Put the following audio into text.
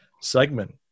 segment